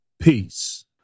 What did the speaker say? Peace